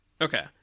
Okay